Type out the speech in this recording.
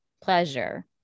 pleasure